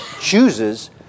chooses